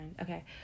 Okay